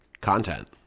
content